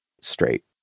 straight